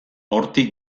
hortik